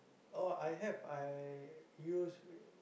oh I have I used w~